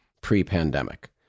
pre-pandemic